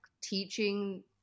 teaching